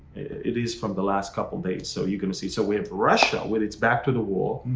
it is from the last couple days. so you're gonna see, so we have russia with its back to the wall.